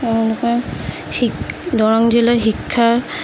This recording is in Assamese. এনেকে শিক দৰং জিলাৰ শিক্ষা